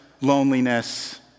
loneliness